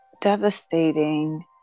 devastating